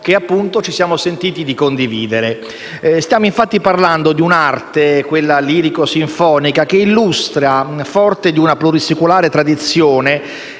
che, appunto, ci siamo sentiti di condividere. Stiamo infatti parlando di un'arte, quella lirico-sinfonica, che illustra, forte di una plurisecolare tradizione,